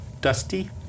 Dusty